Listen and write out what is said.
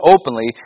openly